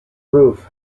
roof